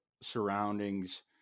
surroundings